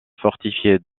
fortifiée